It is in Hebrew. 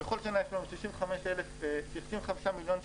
בכל שנה יש לנו 65 מיליון שקלים,